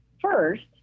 first